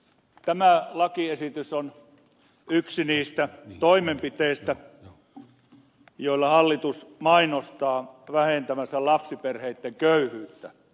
tämä lakiesitys on yksi niistä toimenpiteistä joilla hallitus mainostaa vähentävänsä lapsiperheitten köyhyyttä